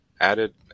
added